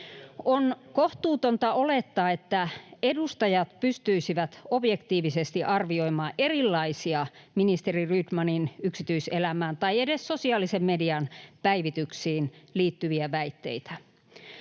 On kohtuutonta olettaa, että edustajat pystyisivät objektiivisesti arvioimaan erilaisia ministeri Rydmanin yksityiselämään tai edes sosiaalisen median päivityksiin liittyviä väitteitä.